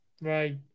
right